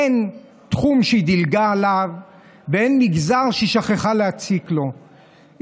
אין תחום שהיא דילגה עליו ואין מגזר שהיא ששכחה להציק לו,